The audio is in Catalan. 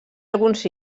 alguns